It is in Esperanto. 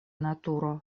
naturo